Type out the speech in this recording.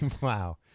Wow